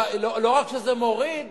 לא רק שזה מוריד,